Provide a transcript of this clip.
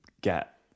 get